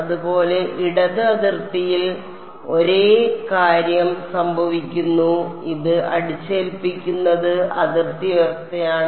അതുപോലെ ഇടത് അതിർത്തിയിൽ ഒരേ കാര്യം സംഭവിക്കുന്നു ഇത് അടിച്ചേൽപ്പിക്കുന്നത് അതിർത്തി വ്യവസ്ഥയാണ്